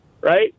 right